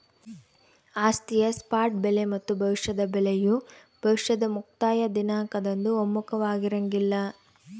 ಆಸ್ತಿಯ ಸ್ಪಾಟ್ ಬೆಲೆ ಮತ್ತು ಭವಿಷ್ಯದ ಬೆಲೆಯು ಭವಿಷ್ಯದ ಮುಕ್ತಾಯ ದಿನಾಂಕದಂದು ಒಮ್ಮುಖವಾಗಿರಂಗಿಲ್ಲ